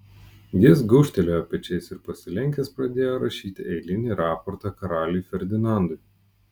jis gūžtelėjo pečiais ir pasilenkęs pradėjo rašyti eilinį raportą karaliui ferdinandui